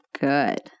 good